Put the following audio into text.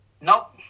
Nope